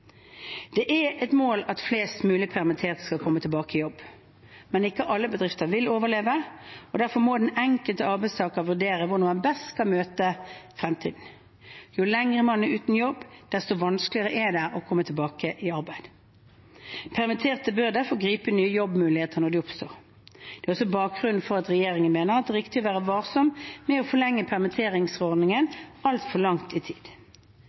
Det er et mål at flest mulig permitterte skal kunne komme tilbake i jobb, men ikke alle bedrifter vil overleve, og derfor må den enkelte arbeidstaker vurdere hvordan han eller hun best skal møte fremtiden. Jo lenger man er uten jobb, desto vanskeligere er det å komme tilbake i arbeid. Permitterte bør derfor gripe nye jobbmuligheter når de oppstår. Det er også bakgrunnen for at regjeringen mener det er riktig å være varsom med å forlenge permitteringsordningen altfor langt frem i tid.